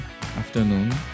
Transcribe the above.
afternoon